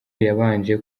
yabanje